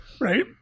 right